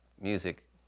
music